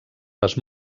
les